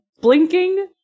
blinking